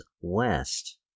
West